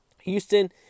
Houston